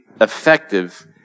effective